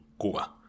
Cuba